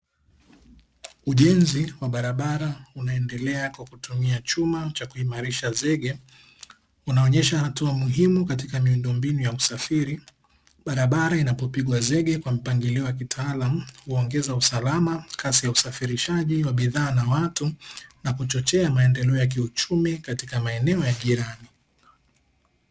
Ujenzi wa barabara unaendelea kwa kutumia chuma cha kuimarisha zege, unaonyesha hatua muhimu katika miundombinu ya usafiri. Barabara inapopigwa zege kwa mpangilio wa kitaalamu huongeza usalama, kasi ya usafirishaji wa bidhaa na watu, na kuchochea maendeleo ya kiuchumi katika maeneo ya jirani.